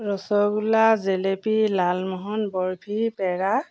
rasgulla jalebi lalmohan barfi পেৰা